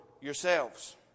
yourselves